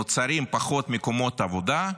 נוצרים פחות מקומות עבודה,